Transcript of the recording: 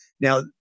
Now